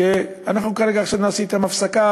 אנחנו כרגע עכשיו נעשה אתם הפסקה,